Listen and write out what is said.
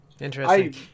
Interesting